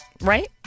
Right